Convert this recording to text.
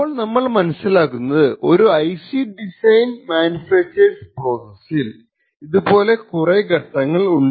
അപ്പോൾ നമ്മൾ മനസ്സിലാക്കുന്നത് ഒരു IC ഡിസൈൻ മാനുഫാക്ച്ചർ പ്രോസസ്സിൽ ഇത് പോലെ കുറെ ഘട്ടങ്ങൾ ഉണ്ട്